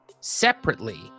separately